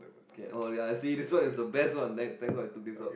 can oh ya see this one is the best one thank thank god I took this out